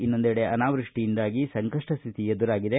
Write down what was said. ಇನ್ನೊಂದೆಡೆ ಅನಾವೃಷ್ಟಿಯಿಂದಾಗಿ ಸಂಕಷ್ಸ ಸ್ಟಿತಿ ಎದುರಾಗಿದೆ